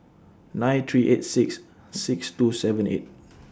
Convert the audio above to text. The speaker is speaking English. nine three eight six six two seven eight